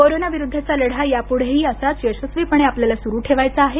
कोरोनाविरुद्धचा लढा यापुढेही असाच यशस्वीपणे आपल्याला सरू ठेवायचा आहे